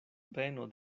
beno